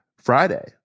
Friday